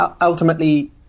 ultimately